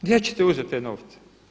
Gdje ćete uzeti te novce?